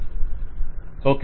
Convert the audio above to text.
vendor okay